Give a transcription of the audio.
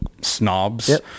snobs